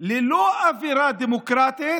ללא אווירה דמוקרטית